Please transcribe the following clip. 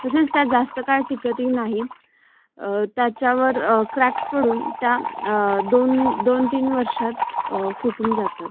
तसेच त्या जास्त काळ टिकतही नाहीत त्याच्यावर क्रॅक्स पडून त्या दोन दोन तीन वर्षात फुटून जातात